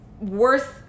worth